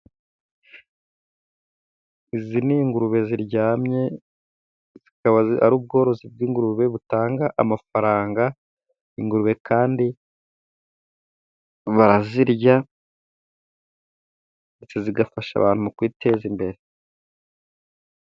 Izi ni ingurube ziryamye, zikaba ari ubworozi bw'ingurube butanga amafaranga, ingurube kandi barazirya, ndetse zigafasha abantu mu kwiteza imbere.